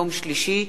יום שלישי,